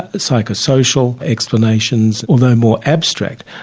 ah psychosocial explanations, although more abstract,